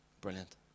Brilliant